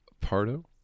Pardo